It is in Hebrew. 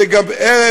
זה גם ערך,